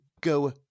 go